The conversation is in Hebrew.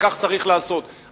וכך צריך לעשות.